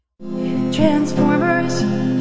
Transformers